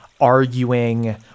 arguing